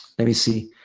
let me see.